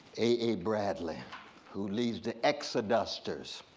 a a bradley who leads the exodusters.